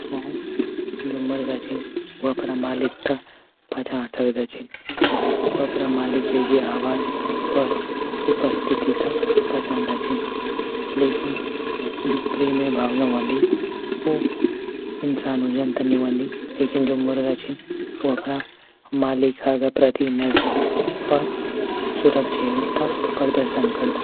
जु मुर्ग़ा छण व अपरा मालिकान पेहचानी सकदा छन. वो अपरा मालिक की आवाज और उपस्थिति पेहचानदा छन. लेकिन जो प्रेम की भावना होंदी वो इंसानो जन त नी होंदी लेकिन जो मुर्गा छान व अपरा मालिक की प्रति नजदीक और सुरक्षा का प्रदर्शन करदा